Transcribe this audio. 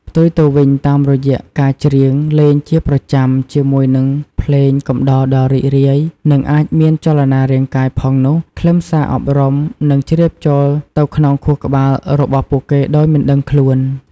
ផ្ទុយទៅវិញ តាមរយៈការច្រៀងលេងជាប្រចាំ ជាមួយនឹងភ្លេងកំដរដ៏រីករាយ និងអាចមានចលនារាងកាយផងនោះ ខ្លឹមសារអប់រំនឹង ជ្រាបចូលទៅក្នុង ខួរក្បាលរបស់ពួកគេដោយមិនដឹងខ្លួន។